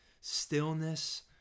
stillness